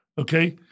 Okay